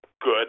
good